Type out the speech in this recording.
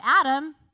Adam